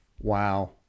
Wow